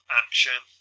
action